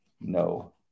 No